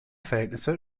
verhältnisse